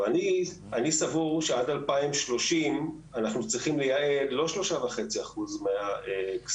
אני סבור שעד 2030 אנחנו צריכים לייעד לא שלושה וחצי אחוז מהכספים